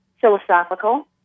philosophical